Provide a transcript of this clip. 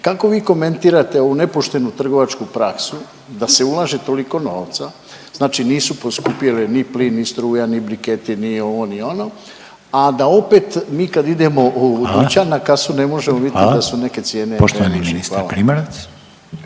kako vi komentirate ovu nepoštenu trgovačku praksu da se ulaže toliko novca, znači nisu poskupjele ni plin, ni struja, ni briketi, ni ovo, ni ono, a da opet mi kad idemo…/Upadica Reiner: Hvala/…u dućan na kasu ne možemo vidjeti…/Upadica